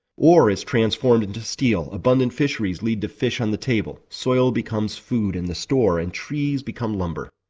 ore is transformed into steel, abundant fisheries lead to fish on the table, soil becomes food in the store, and trees become lumber.